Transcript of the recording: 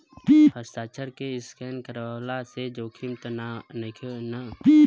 हस्ताक्षर के स्केन करवला से जोखिम त नइखे न?